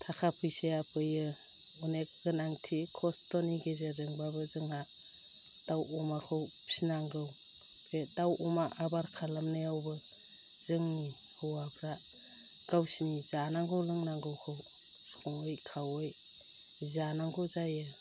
थाखा फैसाया फैयो अनेक गोनांथि खस्थ'नि गेजेरजोंबाबो जोंहा दाव अमाखौ फिनांगौ बे दाव अमा आबार खालामनायावबो जोंनि हौवाफ्रा गावसिनि जानांगौ लोंनांगौखौ सङै खावै जानांगौ जायो